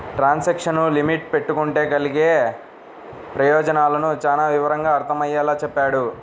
transaction limit పెట్టుకుంటే కలిగే ప్రయోజనాలను చానా వివరంగా అర్థమయ్యేలా చెప్పాడు